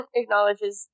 acknowledges